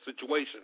situation